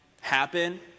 happen